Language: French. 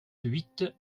huit